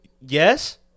yes